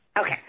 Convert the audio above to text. Okay